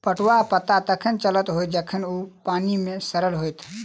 पटुआक पता तखन चलल होयत जखन ओ पानि मे सड़ल होयत